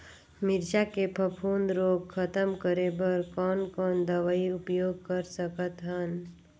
मिरचा के फफूंद रोग खतम करे बर कौन कौन दवई उपयोग कर सकत हन?